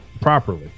properly